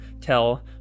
tell